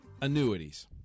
annuities